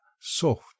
soft